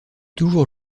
toujours